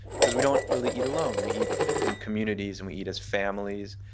because we don't really eat alone. we eat in communities, and we eat as families.